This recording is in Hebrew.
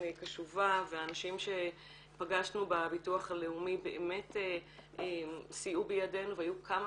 קשובה והאנשים שפגשנו בביטוח הלאומי באמת סייעו בידינו והיו כמה